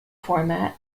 format